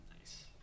Nice